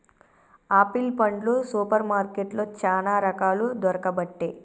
apple పండ్లు super మార్కెట్లో చానా రకాలు దొరుకబట్టె